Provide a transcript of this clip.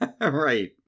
Right